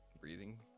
breathing